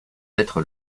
d’être